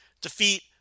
defeat